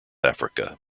africa